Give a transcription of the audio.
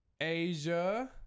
Asia